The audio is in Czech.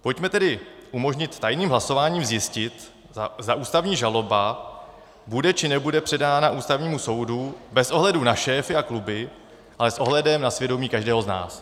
Pojďme tedy umožnit tajným hlasováním zjistit, zda ústavní žaloba bude, či nebude předána Ústavnímu soudu, bez ohledu na šéfy a kluby, ale ohledem na svědomí každého z nás.